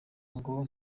ngo